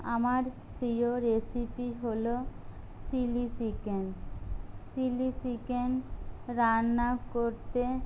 আমার প্রিয় রেসিপি হল চিলি চিকেন চিলি চিকেন রান্না করতে